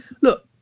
Look